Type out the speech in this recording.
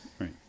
Right